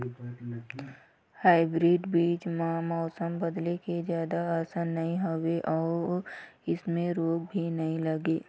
hybrid बीज म मौसम बदले के जादा असर नई होवे अऊ ऐमें रोग भी नई लगे